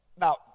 now